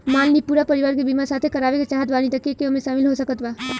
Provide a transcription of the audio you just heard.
मान ली पूरा परिवार के बीमाँ साथे करवाए के चाहत बानी त के के ओमे शामिल हो सकत बा?